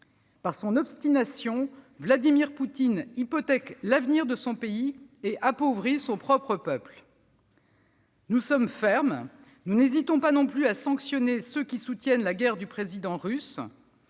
Par son obstination, Vladimir Poutine hypothèque l'avenir de son pays et appauvrit son propre peuple. Nous sommes fermes. Nous n'hésitons pas non plus à sanctionner ceux qui soutiennent la guerre du président russe.